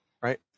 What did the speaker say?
Right